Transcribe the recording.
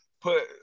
put